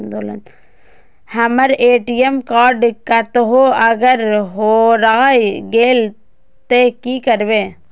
हमर ATM card कतहो अगर हेराय गले ते की करबे?